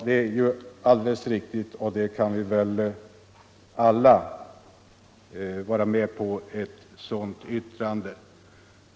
Det är alldeles riktigt. Ett sådant yttrande kan vi väl alla instämma i.